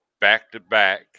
back-to-back